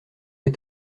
est